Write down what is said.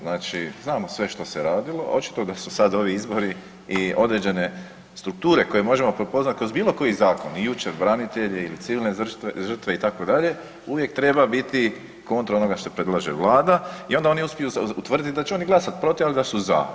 Znači, znamo sve što se radilo, očito da su sad ovi izbori i određene strukture koje možemo prepoznati kroz bilo koji zakon i jučer branitelje il civilne žrtve itd., uvijek treba biti kontra onoga što predlaže Vlada i onda oni uspiju utvrditi da će oni glasati protiv ali da su za.